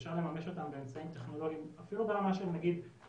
שאפשר לממש אותם באמצעים טכנולוגיים אפילו ברמה של וואטסאפ